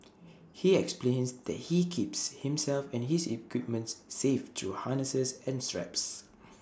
he explains that he keeps himself and his equipment safe through harnesses and straps